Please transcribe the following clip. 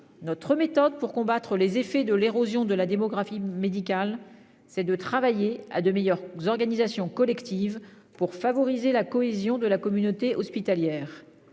soignants et pour combattre les effets de l'érosion de la démographie médicale consiste à travailler à de meilleures organisations collectives pour favoriser la cohésion de la communauté hospitalière.